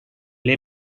ile